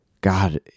God